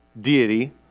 deity